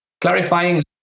clarifying